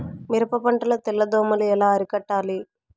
మిరప పంట లో తెల్ల దోమలు ఎలా అరికట్టాలి?